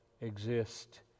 exist